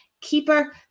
Keeper